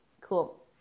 cool